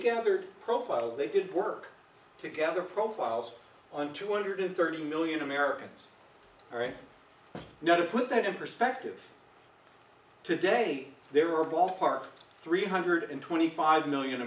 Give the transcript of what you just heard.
gathered profiles they did work together profiles on two hundred and thirty million americans right now to put that in perspective today there are ballpark three hundred and twenty five million